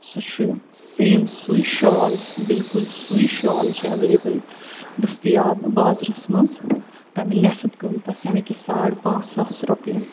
سُہ چھُ سیم سُے شال بلکُل سُے شال چھِ ایولیبٕل دٔستِیاب بازرس منٛز تَمہِ نٮ۪صب قۭمتس یعنی کہِ ساڑ پانٛژھ ساس رۄپین